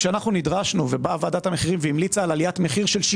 כשאנחנו נדרשנו ובאה ועדת המחירים והמליצה על עליית מחירים